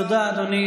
אנחנו נצביע בעד.